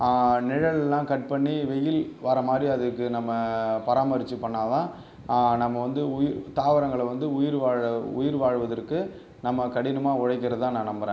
நிழல்லான் cut பண்ணி வெயில் வர மாதிரி அதுக்கு நம்ம பராமரித்து பண்ணால் தான் நம்ம வந்து உயிர் தாவரங்களை வந்து உயிர் வாழ உயிர் வாழ்வதற்கு நம்ம கடினமாக உழைக்கிற தான் நான் நம்புகிறன்